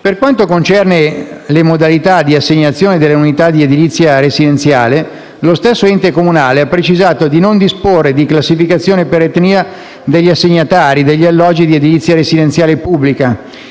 Per quanto concerne le modalità di assegnazione delle unità di edilizia residenziale, lo stesso ente comunale ha precisato di non disporre di classificazioni per etnia degli assegnatari degli alloggi di edilizia residenziale pubblica